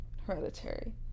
Hereditary